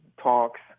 talks